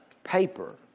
paper